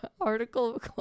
article